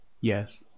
Yes